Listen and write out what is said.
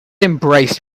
embraced